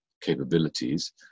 capabilities